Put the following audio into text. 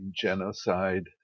genocide